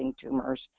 tumors